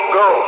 go